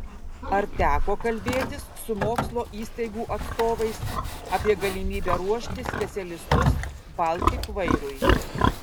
ar teko kalbėtis su mokslo įstaigų atstovais apie galimybę ruošti specialistus baltik vairui